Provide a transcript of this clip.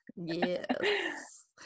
Yes